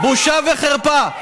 בושה וחרפה.